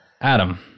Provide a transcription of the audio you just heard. Adam